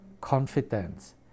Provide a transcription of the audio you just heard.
confidence